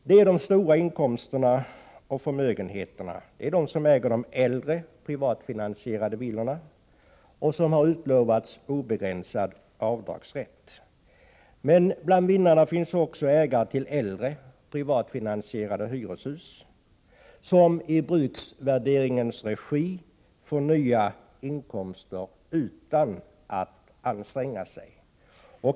Det är de som har stora inkomster och förmögenheter, de som äger de äldre privatfinansierade villorna och som har utlovats obegränsad avdragsrätt. Men bland vinnarna finns också ägare av äldre privatfinansierade hyreshus. Ägarna till dessa hyreshus får i bruksvärderingens regi nya inkomster utan att anstränga sig.